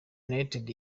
united